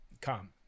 come